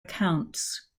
accounts